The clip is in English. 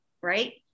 right